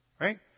Right